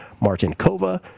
Martinkova